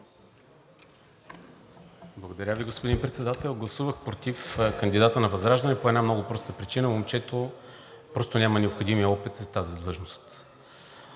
Благодаря Ви, господин Председател. Гласувах против кандидата на ВЪЗРАЖДАНЕ по една много проста причина – момчето просто няма необходимия опит за тази длъжност.